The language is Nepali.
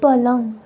पलङ